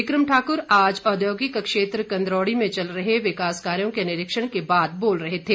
विक्रम ठाकुर आज औद्योगिक क्षेत्र कंदरोड़ी में चल रहे विकास कार्यों के निरीक्षण के बाद बोल रहे थे